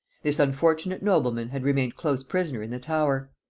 this unfortunate nobleman had remained close prisoner in the tower.